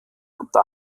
unter